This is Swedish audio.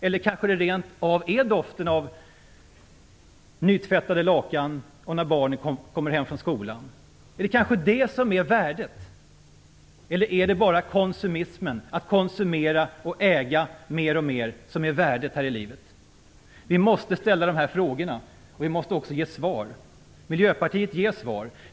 Eller kanske det rent av är doften av nytvättade lakan och upplevelsen av att barnen kommer hem från skolan? Är det kanske detta som är värdet? Eller består värdet här i livet bara av att man konsumerar och äger mer och mer? Vi måste ställa de här frågorna, och vi måste också ge svar. Miljöpartiet ger svar.